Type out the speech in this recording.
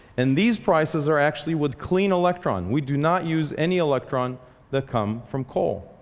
and these prices are actually with clean electrons. we do not use any electrons that come from coal.